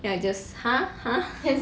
then I just !huh! !huh!